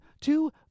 Two